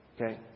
Okay